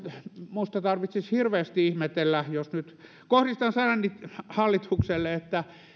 minusta tarvitsisi hirveästi ihmetellä jos nyt kohdistan sanani hallitukselle että